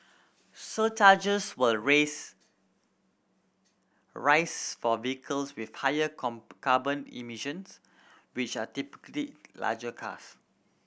surcharges will raise rise for vehicles with higher come carbon emissions which are typically larger cars